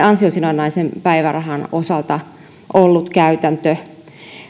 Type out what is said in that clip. ansiosidonnaisen päivärahan osalta ollut käytäntö